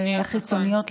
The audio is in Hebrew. החיצוניות, נכון.